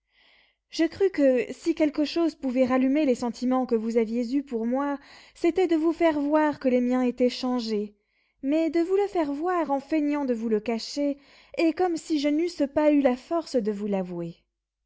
je crus que si quelque chose pouvait rallumer les sentiments que vous aviez eus pour moi c'était de vous faire voir que les miens étaient changés mais de vous le faire voir en feignant de vous le cacher et comme si je n'eusse pas eu la force de vous l'avouer